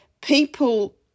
people